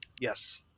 Yes